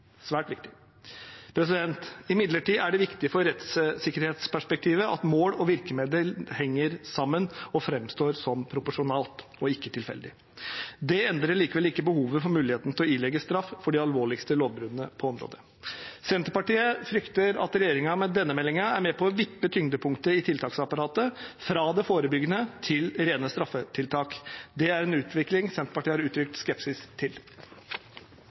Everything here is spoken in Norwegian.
er imidlertid viktig for rettssikkerhetsperspektivet at mål og virkemidler henger sammen og framstår proporsjonale og ikke tilfeldige. Det endrer likevel ikke behovet for mulighet til å ilegge straff for de alvorligste lovbruddene på området. Men Senterpartiet frykter at regjeringen med denne meldingen er med på å vippe tyngdepunktet i tiltaksapparatet fra det forebyggende til rene straffetiltak. Det er en utvikling Senterpartiet har uttrykt skepsis til.